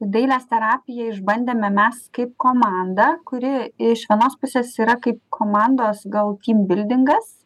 dailės terapiją išbandėme mes kaip komanda kuri iš vienos pusės yra kaip komandos gal tymbildingas